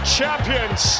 champions